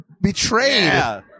betrayed